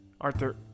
Arthur